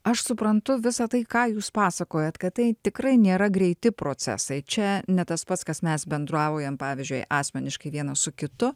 aš suprantu visa tai ką jūs pasakojat kad tai tikrai nėra greiti procesai čia ne tas pats kas mes bendraujam pavyzdžiui asmeniškai vienas su kitu